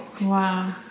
wow